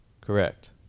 Correct